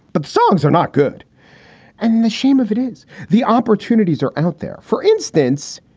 but songs are not good and the shame of it is the opportunities are out there. for instance,